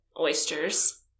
oysters